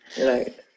Right